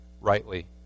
rightly